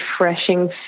refreshing